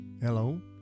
hello